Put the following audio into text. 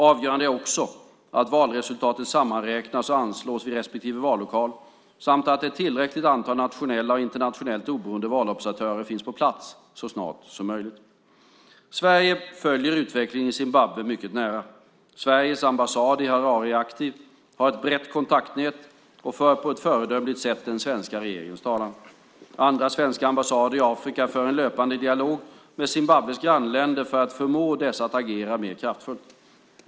Avgörande är också att valresultatet sammanräknas och anslås vid respektive vallokal samt att ett tillräckligt antal nationella och internationella oberoende valobservatörer finns på plats så snart som möjligt. Sverige följer utvecklingen i Zimbabwe mycket nära. Sveriges ambassad i Harare är aktiv, har ett brett kontaktnät och för på ett föredömligt sätt den svenska regeringens talan. Andra svenska ambassader i Afrika för en löpande dialog med Zimbabwes grannländer för att förmå dessa att agera mer kraftfullt.